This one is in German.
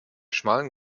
schmalen